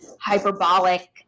hyperbolic